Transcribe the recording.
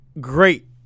great